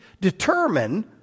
Determine